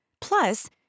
Plus